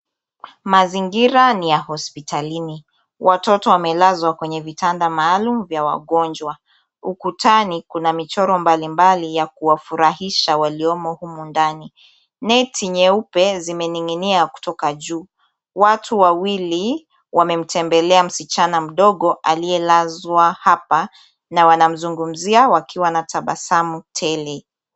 Mazingira ni ya hospitalini, watoto wamelazwa kwenye vitanda maalum vya wagonjwa. Ukutani kuna michoro mbalimbali ya kuwafurahisha waliomo humu ndani. Neti nyeupe zimening'inia kutoka juu. Watu wawili wametembelea msichana mdogo aliyelazwa hapa, na wanamzungumzia wakiwa na tabasamu tele.